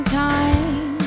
time